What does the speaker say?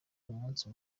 umunsi